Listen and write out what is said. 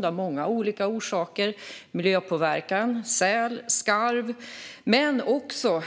Det finns många olika orsaker till det, exempelvis miljöpåverkan, säl och skarv.